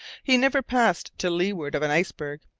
he never passed to leeward of an iceberg,